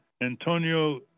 Antonio